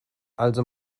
also